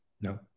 No